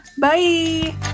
bye